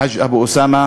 חאג' אבו אוסאמה,